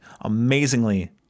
amazingly